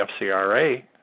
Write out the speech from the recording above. FCRA